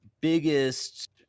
biggest